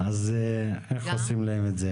איך עושים את זה.